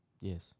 Yes